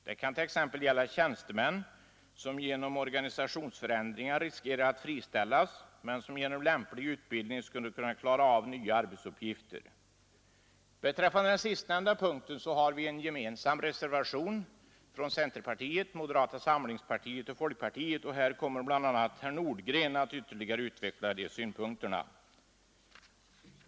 Det kan t.ex. gälla tjänstemän, som genom organisationsförändringar riskerar att friställas men som med lämplig utbildning skulle kunna klara av nya arbetsuppgifter. Beträffande den sistnämnda punkten har vi en gemensam reservation från centerpartiet, moderata samlingspartiet och folkpartiet, och här kommer bl.a. herr Nordgren att ytterligare utveckla synpunkterna.